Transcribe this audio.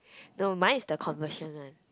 no mine is the conversion one